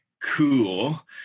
cool